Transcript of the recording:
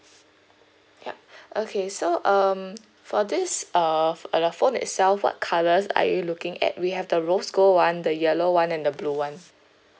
yup okay so um for this err uh the phone itself what colours are you looking at we have the rose gold [one] the yellow [one] and the blue [one]